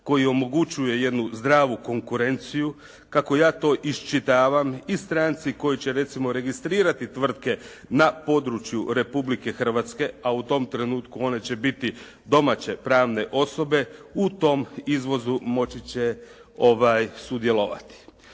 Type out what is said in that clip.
koji omogućuje jednu zdravu konkurenciju kako je to iščitavam i stranci koja će recimo registrirati tvrtke na području Republike Hrvatske, a u tom trenutku one će biti domaće pravne osobe, u tom izvozu moći će sudjelovati.